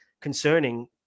concerning